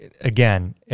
again